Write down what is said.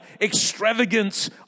extravagance